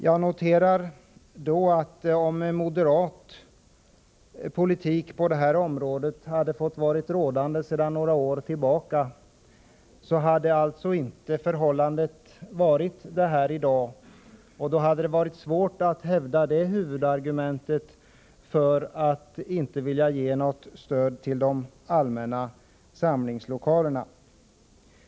Jag noterar då att om moderat politik på det här området hade fått vara rådande sedan några år tillbaka, då hade förhållandena inte varit sådana i dag, och då hade det varit svårt att hävda det huvudargumentet för att inte vilja ge något stöd till de allmänna samlingslokalerna.